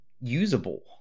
usable